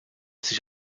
sich